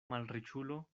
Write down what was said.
malriĉulo